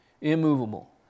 immovable